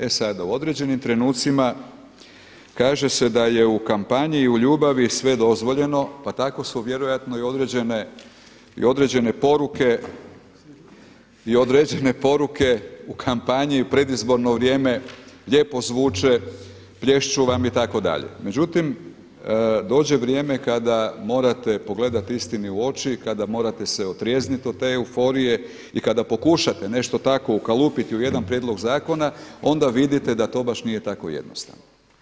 E sada u određenim trenucima kaže se da je u kampanji i u ljubavi sve dozvoljeno, pa tako su vjerojatno i određene poruke u kampanji u predizborno vrijeme lijepo zvuče, plješću vam itd. međutim dođe vrijeme kada morate pogledati istini u oči, kada morate se otrijezniti od te euforije i kada pokušate nešto takvo ukalupiti u jedan prijedlog zakona onda vidite da to baš nije tako jednostavno.